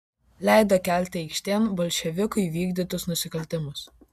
leido kelti aikštėn bolševikų įvykdytus nusikaltimus